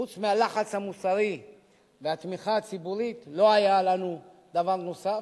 חוץ מהלחץ המוסרי והתמיכה הציבורית לא היה לנו דבר נוסף.